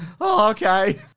okay